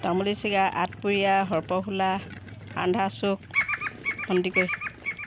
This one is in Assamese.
তামুলী ছিগা আঠপুৰীয়া সৰ্পশোলা ৰান্ধা চুক সন্দিকৈ